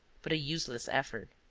but a useless effort!